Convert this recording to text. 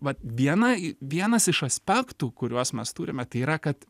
vat viena vienas iš aspektų kuriuos mes turime tai yra kad